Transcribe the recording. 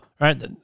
right